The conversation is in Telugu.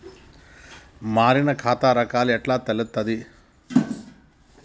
మారిన ఖాతా రకాలు ఎట్లా తెలుత్తది?